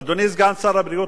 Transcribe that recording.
אדוני סגן שר הבריאות,